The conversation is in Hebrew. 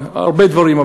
הרבה דברים,